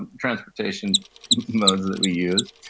and transportation modes that we use,